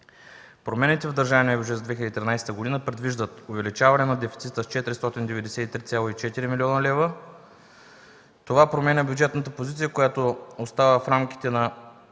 Промените в държавния бюджет за 2013 г. предвиждат увеличаване на дефицита с 493,4 млн. лв. Това променя бюджетната позиция, която остава в рамките на